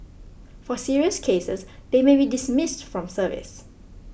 for serious cases they may be dismissed from service